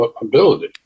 ability